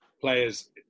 players